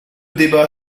débat